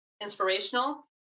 inspirational